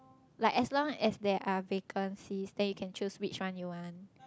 like as long as there are vacancies then you can choose which one you want